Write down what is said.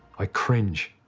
i cringe.